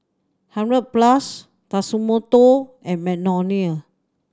Hundred Plus Tatsumoto and Magnolia